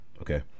Okay